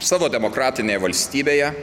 savo demokratinėje valstybėje